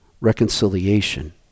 reconciliation